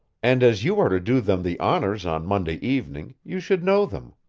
and as you are to do them the honors on monday evening, you should know them.